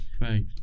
Right